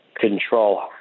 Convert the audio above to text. control